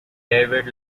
david